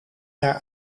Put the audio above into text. jaar